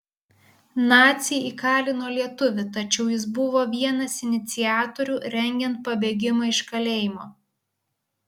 naciai įkalino lietuvį tačiau jis buvo vienas iniciatorių rengiant pabėgimą iš kalėjimo